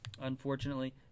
unfortunately